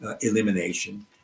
elimination